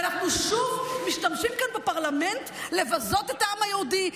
ואנחנו שוב משתמשים כאן בפרלמנט לבזות את העם היהודי,